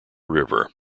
river